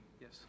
Yes